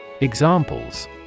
Examples